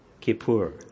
Kippur